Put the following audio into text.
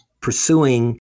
pursuing